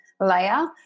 layer